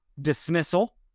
dismissal